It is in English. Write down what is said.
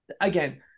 again